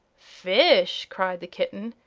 fish! cried the kitten.